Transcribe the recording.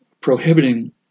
prohibiting